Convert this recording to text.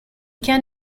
can